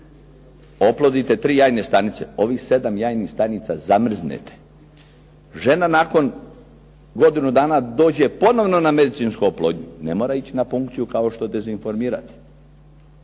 Oplodite tri jajne stanice. Ovih sedam jajnih stanica zamrznete. Žena nakon godinu dana dođe ponovno na medicinsku oplodnju, ne mora ići na punkciju kao što dezinformirate